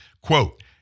quote